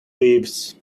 leaves